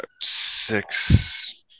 Six